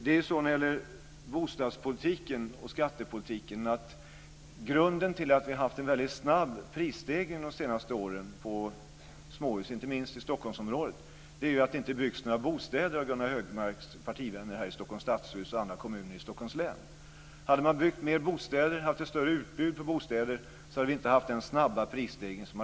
När det gäller bostadspolitiken och skattepolitiken vill jag säga att grunden till att vi de senaste åren har haft en snabb prisstegring på småhus, inte minst i Stockholmsområdet, är att det inte byggs några bostäder av Gunnar Hökmarks partivänner i Stockholms stadshus och andra kommuner i Stockholms län. Hade man byggt mer bostäder och haft ett större utbud av bostäder hade vi inte haft den snabba prisstegringen.